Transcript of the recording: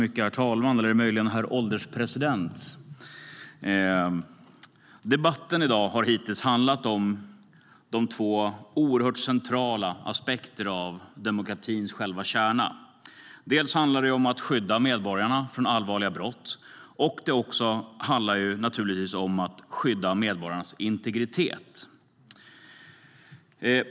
Herr ålderspresident! Debatten i dag har hittills handlat om två oerhört centrala aspekter av demokratins själva kärna. Det handlar dels om att skydda medborgarna från allvarliga brott, dels om att skydda medborgarnas integritet.